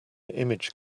image